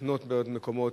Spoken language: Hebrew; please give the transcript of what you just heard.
לחנות בעוד מקומות.